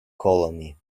colony